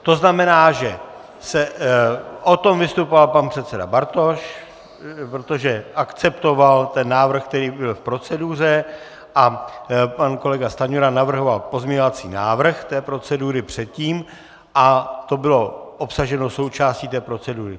To znamená, že o tom vystupoval pan předseda Bartoš, protože akceptoval ten návrh, který byl k proceduře, a pan kolega Stanjura navrhoval pozměňovací návrh té procedury předtím, a to bylo obsaženo, součástí té procedury.